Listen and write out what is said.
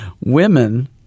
Women